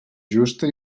justa